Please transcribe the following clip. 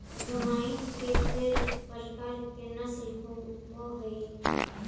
जमाइन के ढेर प्रकार के नस्ल होब हई